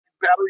battery